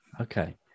Okay